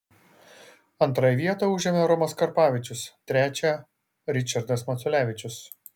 antrąją vietą užėmė romas karpavičius trečiąją ričardas maculevičius